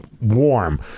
warm